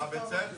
הצבעה בעד,